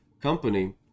company